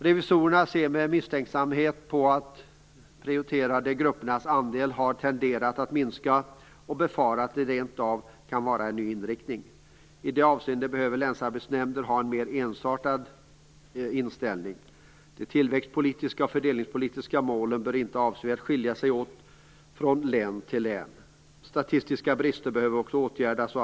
Revisorerna ser med misstänksamhet på att de prioriterade gruppernas andel har tenderat att minska och befarar att det rentav kan vara fråga om en ny inriktning. I detta avseende behöver länsarbetsnämnder ha en mer ensartad inställning. De tillväxtpolitiska och fördelningspolitiska målen bör inte avsevärt skilja sig åt från län till län. Statistiska brister behöver också åtgärdas.